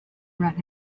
right